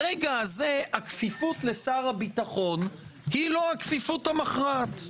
ברגע הזה הכפיפות לשר הביטחון היא לא הכפיפות המכרעת.